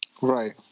Right